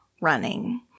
running